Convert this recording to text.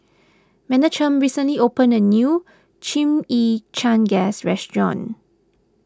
Menachem recently opened a new Chimichangas restaurant